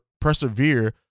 persevere